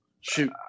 shoot